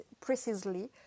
precisely